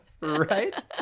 Right